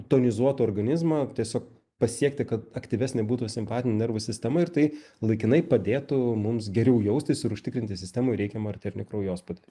tonizuot organizmą tiesiog pasiekti kad aktyvesnė būtų simpatinė nervų sistema ir tai laikinai padėtų mums geriau jaustis ir užtikrinti sistemoj reikiamą arterinį kraujospūdį